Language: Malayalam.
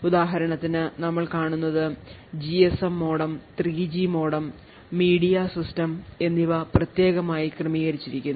ഉദാഹരണത്തിന് നമ്മൾ കാണുന്നത് GSM modem 3 G modem media system എന്നിവ വ്യത്യസ്തമായി ക്രമീകരിച്ചിരിക്കുന്നു